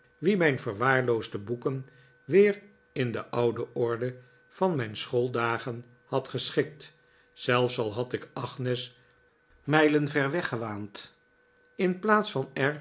wie mijn verwaarloosde boeken weer in de oude orde van mijn schooldagen had geschikt zelfs al had ik agnes mijlen ver weg gewaand in plaats van